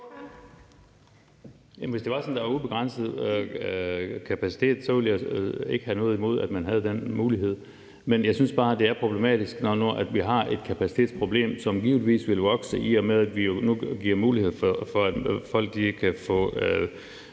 hvis det var sådan, at der var en ubegrænset kapacitet, så ville jeg ikke have noget imod, at man havde den mulighed. Men jeg synes bare, det er problematisk, når nu vi har et kapacitetsproblem, som givetvis vil vokse, i og med at vi jo nu giver en mulighed for, at folk kan få